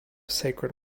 sacred